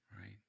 Right